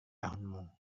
tahunmu